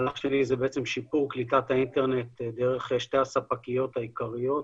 המהלך שלי זה בעצם שיפור קליטת האינטרנט דרך שתי הספקיות העיקריות,